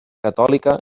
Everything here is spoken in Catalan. catòlica